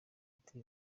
ati